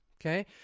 okay